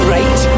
Right